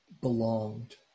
belonged